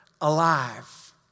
alive